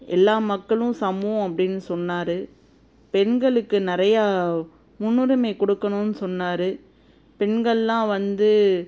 எல்லா மக்களும் சமம் அப்படின்னு சொன்னாரு பெண்களுக்கு நிறையா முன்னுரிமை கொடுக்கணுன்னு சொன்னாரு பெண்கள்லாம் வந்து